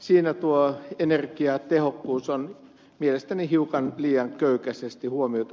siinä tuo energiatehokkuus on mielestäni hiukan liian köykäisesti huomioitu